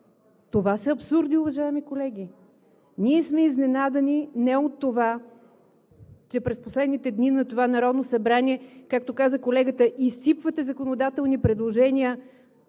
Това са абсурди, уважаеми колеги! Ние сме изненадани не от това, че през последните дни на това Народно събрание, както каза колегата, изсипвате законодателни предложения